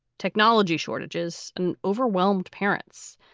technology shortages and overwhelmed parents.